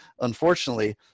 unfortunately